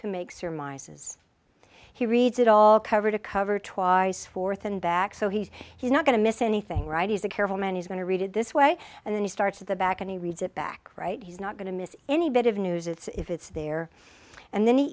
to make surmises he reads it all cover to cover twice forth and back so he's he's not going to miss anything right he's a careful man he's going to read it this way and then he starts at the back and he reads it back right he's not going to miss any bit of news it's if it's there and then he